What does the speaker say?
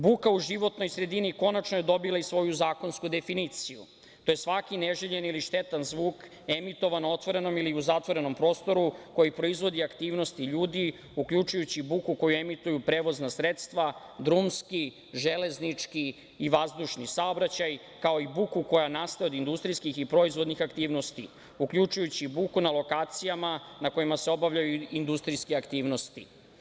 Buka u životnoj sredini konačno je dobila i svoju zakonsku definiciju - to je svaki neželjeni ili štetan zvuk emitovan na otvorenom ili u zatvorenom prostoru, koji proizvodi aktivnosti ljudi, uključujući buku koju emituju prevozna sredstva, drumski, železnički i vazdušni saobraćaj, kao i buku koja nastaje od industrijskih i proizvodnih aktivnosti, uključujući buku na lokacijama na kojima se obavljaju industrijske aktivnosti.